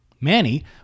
Manny